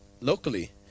locally